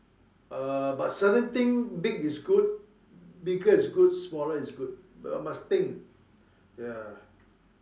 uh but certain thing big is good bigger is good smaller is good but must think ya